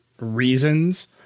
reasons